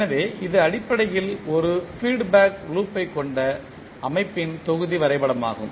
எனவே இது அடிப்படையில் ஒரு ஃபீட் பேக் லூப்த்தைக் கொண்ட அமைப்பின் தொகுதி வரைபடமாகும்